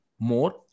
More